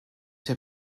hier